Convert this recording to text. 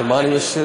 על מה אני אשיב?